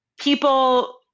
people